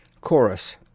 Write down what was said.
CHORUS